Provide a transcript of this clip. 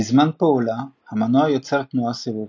בזמן פעולה, המנוע יוצר תנועה סיבובית,